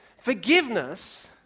Forgiveness